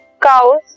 Cows